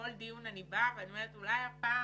כל דיון אני באה ואומרת שאולי הפעם